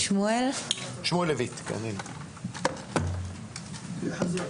שמואל לויט, בבקשה.